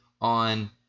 on